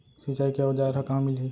सिंचाई के औज़ार हा कहाँ मिलही?